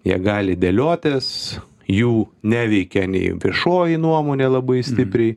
jie gali dėliotis jų neveikia nei viešoji nuomonė labai stipriai